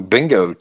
Bingo